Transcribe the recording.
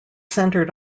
centered